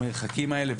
למרחקים האלה,